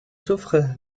souffre